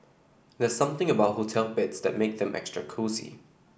there's something about hotel beds that makes them extra cosy